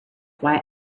why